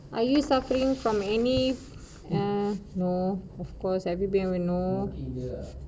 are you suffering from any uh no of course everybody will know